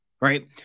right